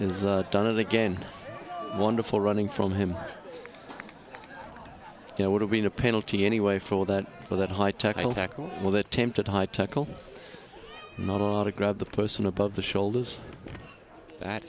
has done it again wonderful running from him you know would have been a penalty anyway for that for that high tech well that tempted high tech or not or to grab the person above the shoulders that